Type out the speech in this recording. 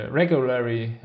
regularly